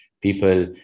people